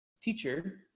Teacher